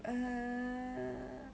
err